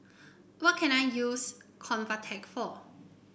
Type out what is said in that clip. what can I use Convatec for